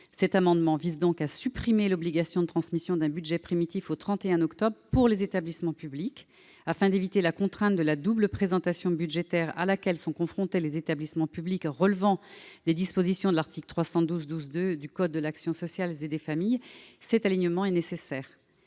Cet amendement vise donc à supprimer l'obligation de transmission d'un budget primitif au 31 octobre pour les établissements publics. Afin de lever la contrainte de la double présentation budgétaire à laquelle sont confrontés les établissements publics relevant des dispositions de l'article L. 312-12-2 du code de l'action sociale et des familles, cet alignement est nécessaire.